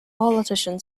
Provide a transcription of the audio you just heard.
politician